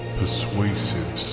persuasive